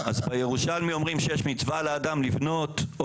אז הירושלמים אומרים שיש מצווה לאדם לבנות או